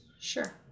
Sure